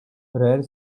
rare